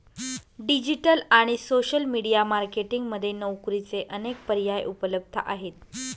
digital आणि social media marketing मध्ये नोकरीचे अनेक पर्याय उपलब्ध आहेत